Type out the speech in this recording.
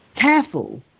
careful